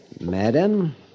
Madam